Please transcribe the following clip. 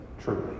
truly